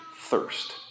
thirst